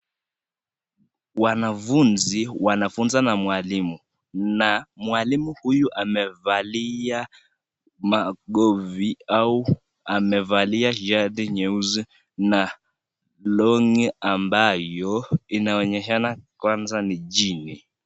Wanafunzi wanafunzwa na mwalimu na mwalimu huyu amevalia magovi au amevalia shati nyeusi na longi ambayo inaonyeshana kwanza ni jini .